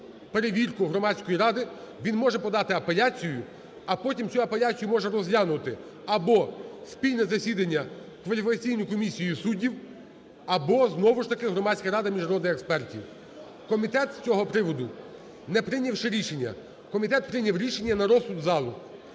перевірку Громадської ради, він може подати апеляцію, а потім цю апеляцію може розглянути або спільне засідання Кваліфікаційної комісії суддів або знову ж таки Громадська рада міжнародних експертів. Комітет з цього приводу, не прийнявши рішення, комітет прийняв рішення на розсуд залу.